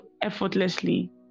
effortlessly